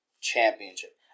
championship